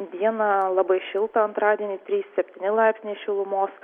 dieną labai šilta antradienį trys septyni laipsniai šilumos